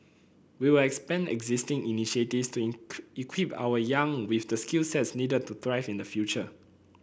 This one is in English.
we will expand existing initiatives to equip our young with the skill sets needed to thrive in the future